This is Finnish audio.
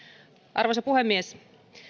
arvoisa puhemies